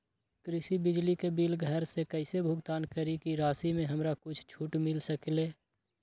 कृषि बिजली के बिल घर से कईसे भुगतान करी की राशि मे हमरा कुछ छूट मिल सकेले?